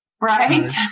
Right